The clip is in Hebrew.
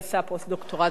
פוסט-דוקטורט בארצות-הברית,